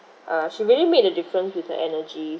uh she really made a difference with her energy